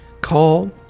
call